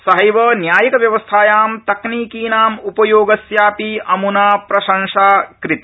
सहैव न्यायिकव्यवस्थायां तकनीकीनां उपयोगस्याऽपि अम्ना प्रशंसा कृता